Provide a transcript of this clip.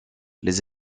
les